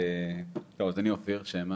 אני אופיר שמא,